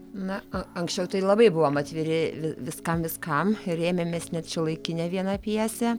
na a anksčiau tai labai buvom atviri viskam viskam ir rėmėmės net šiuolaikine viena pjese